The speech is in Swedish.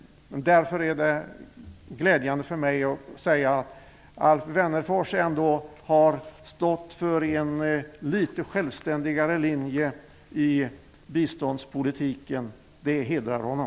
Det är därför glädjande för mig att kunna säga att Alf Wennerfors har stått för en litet självständigare linje i biståndspolitiken. Det hedrar honom.